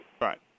Right